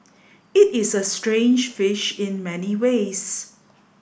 it is a strange fish in many ways